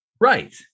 Right